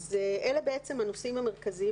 אז אלה בעצם הנושאים המרכזיים,